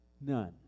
none